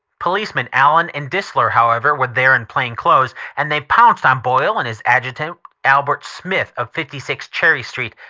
policemen allen and distler, however, were there in plain clothes, and they pounced on boyle and his adjutant, albert smith, of fifty six cherry street.